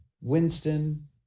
Winston